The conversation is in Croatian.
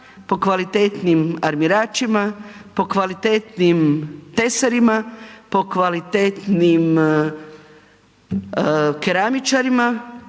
po kvalitetnim armiračima, po kvalitetnim tesarima, po kvalitetnim keramičarima,